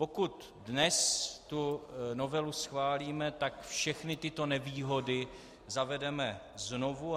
Pokud dnes novelu schválíme, všechny tyto nevýhody zavedeme znovu.